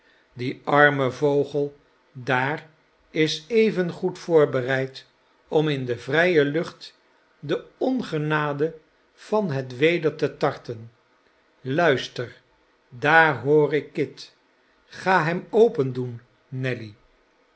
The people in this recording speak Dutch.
die arme vogel daar is evengoed voorbereid om in de vrije lucht de ongenade van het weder te tarten luisterl daar hoor ik kit ga hem opendoen nelly